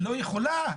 לא יכולה?